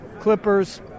Clippers